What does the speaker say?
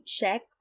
check